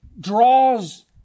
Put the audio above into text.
Draws